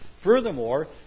Furthermore